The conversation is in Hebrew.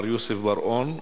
מר יוסף ברון,